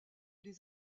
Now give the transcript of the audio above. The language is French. des